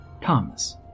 Thomas